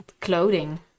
clothing